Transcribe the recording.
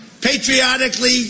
patriotically